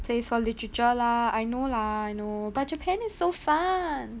place for literature lah I know lah I know but japan is so fun